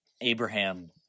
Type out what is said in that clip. abraham